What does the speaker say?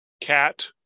cat